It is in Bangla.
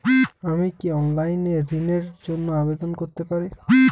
আমি কি অনলাইন এ ঋণ র জন্য আবেদন করতে পারি?